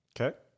Okay